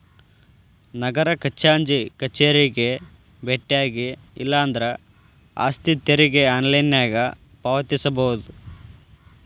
ನಗರ ಖಜಾಂಚಿ ಕಚೇರಿಗೆ ಬೆಟ್ಟ್ಯಾಗಿ ಇಲ್ಲಾಂದ್ರ ಆಸ್ತಿ ತೆರಿಗೆ ಆನ್ಲೈನ್ನ್ಯಾಗ ಪಾವತಿಸಬೋದ